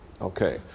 Okay